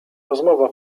rozmowa